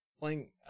playing